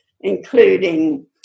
including